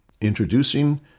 Introducing